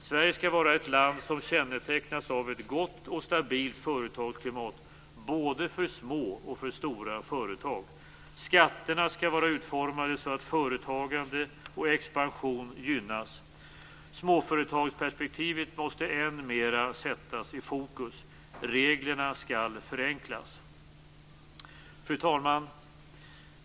Sverige skall vara ett land som kännetecknas av ett gott och stabilt företagsklimat, både för små och för stora företag. Skatterna skall vara utformade så att företagande och expansion gynnas. Småföretagsperspektivet måste än mer sättas i fokus. Reglerna skall förenklas. Fru talman!